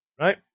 Right